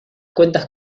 cuentas